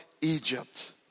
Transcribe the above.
Egypt